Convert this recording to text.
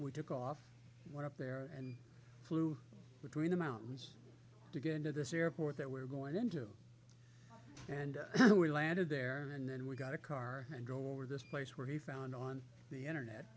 and went up there and flew between the mountains to get into this airport that we're going into and so we landed there and then we got a car and go over this place where he found on the internet